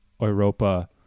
Europa